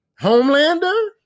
Homelander